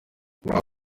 nta